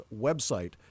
website